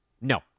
No